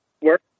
Work